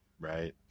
Right